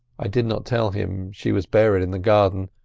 i did not tell him she was buried in the garden,